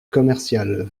commercial